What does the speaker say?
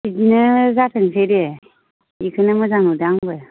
बिदिनो जाथोंसै दे बेखौनो मोजां मोनदों आंबो